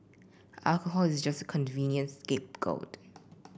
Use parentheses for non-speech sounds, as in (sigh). alcohol is just a convenient scapegoat (noise)